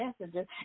messages